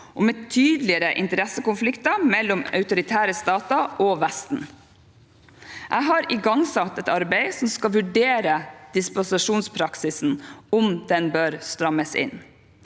og med tydeligere interessekonflikter mellom autoritære stater og Vesten. Jeg har igangsatt et arbeid som skal vurdere om dispensasjonspraksisen bør strammes inn.